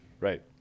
Right